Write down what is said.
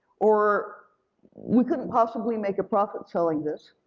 or we couldn't possibly make a profit selling this,